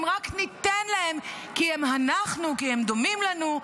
אם רק ניתן להם, כי הם אנחנו, כי הם דומים לנו,